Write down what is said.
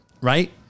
Right